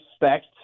expect